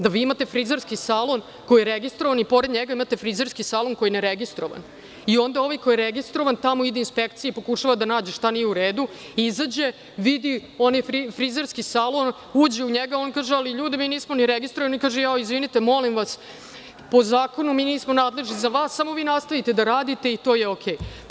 Da vi imate frizerski salon koji je registrovan i pored njega imate frizerski salon koji je neregistrovan, i onda ovaj koji je registrovan, tamo ide inspekcija i pokušava da nađe šta nije u redu, izađe, vidi, uđe u frizerski salon, on kaže – ali ljudi, mi nismo ni registrovani, kaže – jao, izvinite molim vas, po zakonu mi nismo nadležni za vas, samo vi nastavite da radite i to je okej.